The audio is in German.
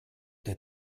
der